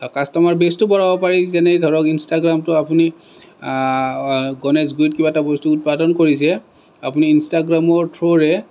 customer বেচটো বঢ়াব পাৰি যেনে ধৰক ইঞ্চটাগ্ৰামটো আপুনি গণেশগুৰিত কিবা এটা বস্তু উৎপাদন কৰিছে আপুনি ইঞ্চটাগ্ৰামৰ থ্ৰ'ৰে